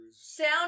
Sound